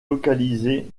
localisé